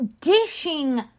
dishing